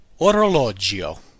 orologio